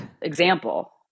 example